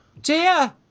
Dear